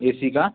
ए C का